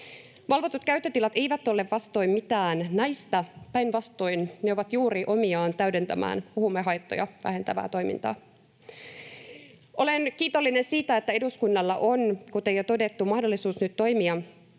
Valvotut käyttötilat eivät ole vastoin mitään näistä, päinvastoin ne ovat juuri omiaan täydentämään huumehaittoja vähentävää toimintaa. Olen kiitollinen siitä, että eduskunnalla on, kuten jo todettu, mahdollisuus nyt toimia